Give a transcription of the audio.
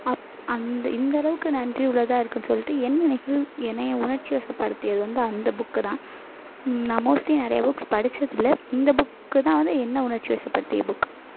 அப் அந்த இந்தளவுக்கு நன்றி உள்ளதா இருக்குன்னு சொல்லிட்டு என்ன என்னைய உணர்ச்சி வசப்படுத்தியது வந்து அந்த புக்குதான் நான் மோஸ்ட்லி நிறைய புக்ஸ் படிச்சதில்லை இந்த புக்குதான் வந்து என்ன உணர்ச்சி வசப்படுத்திய புக்